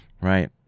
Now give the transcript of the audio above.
right